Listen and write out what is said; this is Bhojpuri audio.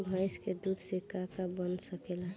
भइस के दूध से का का बन सकेला?